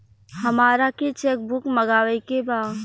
हमारा के cheque book मगावे के बा?